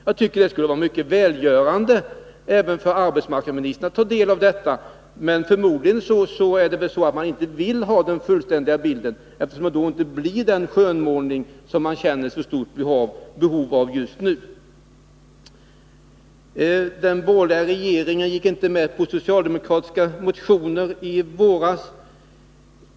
Jag tycker att det skulle vara mycket välgörande att ta del av det även för arbetsmarknadsministern, men förmodligen vill man inte ha den fullständiga bilden, eftersom det då inte blir den skönmålning som man känner så stort behov av att göra just nu. Arbetsmarknadsministern sade också att den borgerliga regeringen inte godtog förslagen i socialdemokratiska motioner i våras.